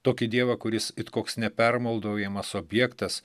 tokį dievą kuris it koks nepermaldaujamas objektas